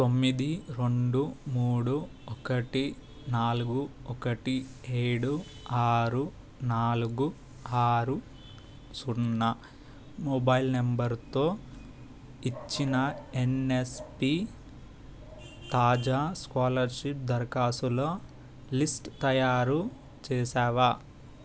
తొమ్మిది రెండు మూడు ఒకటి నాలుగు ఒకటి ఏడు ఆరు నాలుగు ఆరు సున్నా మొబైల్ నంబరుతో ఇచ్చిన ఎన్ఎస్పి తాజా స్కాలర్షిప్ దరఖాస్తుల లిస్టు తయారు చేసావా